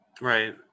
Right